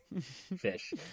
Fish